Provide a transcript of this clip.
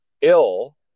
ill